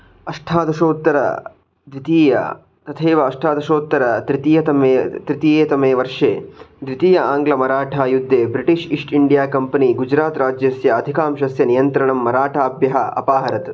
अष्टादशोत्तरद्वितीये तथैव अष्टादशोत्तरतृतीयतमे तृतीयतमे वर्षे द्वितीये आङ्ग्लमराठायुद्धे British East India Company Gujarat राज्यस्य अधिकांशस्य नियन्त्रणं मराठाभ्यः अपाहरत्